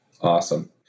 Awesome